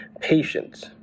patience